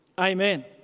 Amen